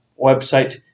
website